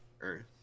earth